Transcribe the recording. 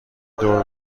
دور